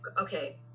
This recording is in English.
okay